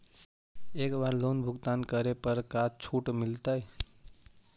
एक बार लोन भुगतान करे पर का छुट मिल तइ?